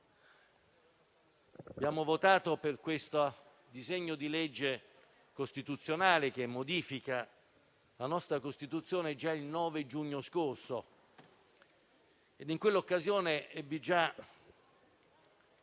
abbiamo votato per questo disegno di legge costituzionale che modifica la nostra Costituzione già il 9 giugno scorso. In quell'occasione ebbi